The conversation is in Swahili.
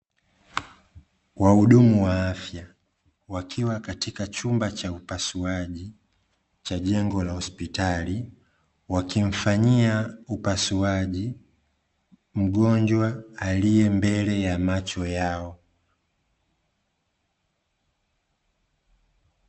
Wahudumu wa afya wakiwa katika chumba cha upasuaji cha jengo la hospitali, wakimfanyia upasuaji mgonjwa aliye mbele ya macho yao.